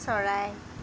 চৰাই